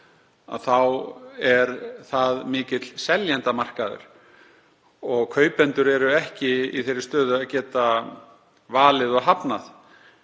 er það mikill seljendamarkaður og kaupendur eru ekki í þeirri stöðu að geta valið og hafnað.